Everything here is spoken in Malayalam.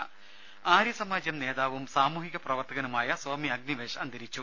രുമ ആര്യ സമാജം നേതാവും സാമൂഹിക പ്രവർത്തകനുമായ സ്വാമി അഗ്നിവേശ് അന്തരിച്ചു